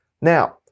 Now